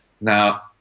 Now